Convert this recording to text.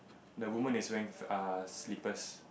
the woman is wearing uh slippers